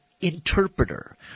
interpreter